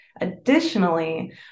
Additionally